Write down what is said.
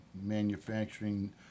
manufacturing